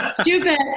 stupid